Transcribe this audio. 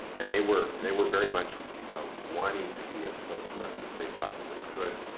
and, they were they were very much wanting to be as close to us as they possibly could.